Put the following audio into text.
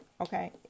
okay